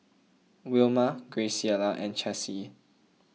Wilma Graciela and Chessie